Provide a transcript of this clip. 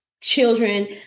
children